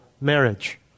marriage